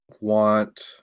want